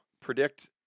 Predict